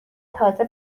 تازه